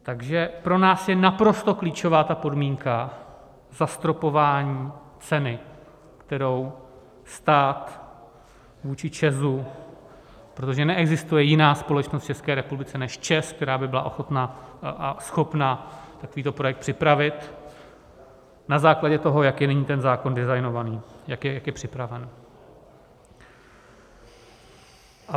Takže pro nás je naprosto klíčová podmínka zastropování ceny, kterou stát vůči ČEZu, protože neexistuje jiná společnost v České republice než ČEZ, která by byla ochotna a schopna takovýto projekt připravit na základě toho, jak je nyní zákon designovaný, jak je připravený.